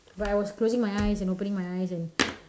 but I was closing my eyes and opening my eyes and